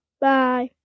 bye